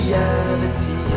Reality